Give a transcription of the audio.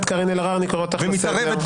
עודה, אני קורא אותך לסדר.